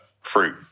fruit